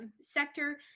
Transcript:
sector